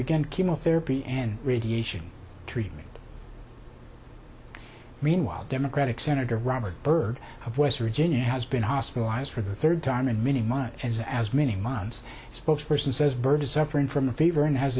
begin chemotherapy and radiation treatment meanwhile democratic senator robert byrd of west virginia has been hospitalized for the third time in many months as as many months spokesperson says byrd is suffering from the fever and has